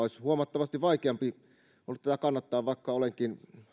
huomattavasti vaikeampi tätä kannattaa vaikka olenkin